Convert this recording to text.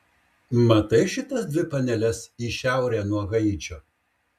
matai šitas dvi paneles į šiaurę nuo haičio